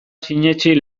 sinetsi